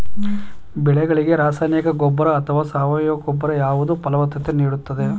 ಬೆಳೆಗಳಿಗೆ ರಾಸಾಯನಿಕ ಗೊಬ್ಬರ ಅಥವಾ ಸಾವಯವ ಗೊಬ್ಬರ ಯಾವುದು ಫಲವತ್ತತೆ ನೀಡುತ್ತದೆ?